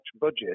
budget